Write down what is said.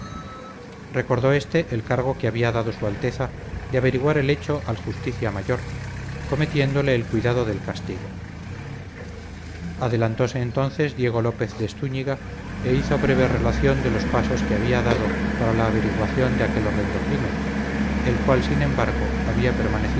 recordó éste el cargo que había dado su alteza de averiguar el hecho al justicia mayor cometiéndole el cuidado del castigo adelantóse entonces diego lópez de stúñiga e hizo breve relación de los pasos que había dado para la averiguación de aquel horrendo crimen el cual sin embargo había permanecido